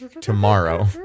tomorrow